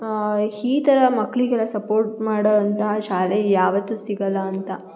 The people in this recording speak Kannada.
ಈ ಥರ ಮಕ್ಕಳಿಗೆಲ್ಲ ಸಪೋರ್ಟ್ ಮಾಡುವಂಥ ಶಾಲೆ ಯಾವತ್ತೂ ಸಿಗಲ್ಲ ಅಂತ